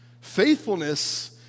Faithfulness